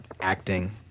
acting